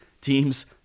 teams